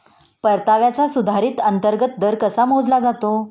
परताव्याचा सुधारित अंतर्गत दर कसा मोजला जातो?